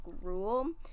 rule